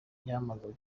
yahamagawe